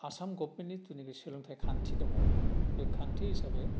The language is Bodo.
आसाम गभमेन्टनि जिनाखि सोलोंथाइ खान्थि दङ बे खान्थि हिसाबै